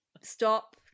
stop